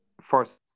first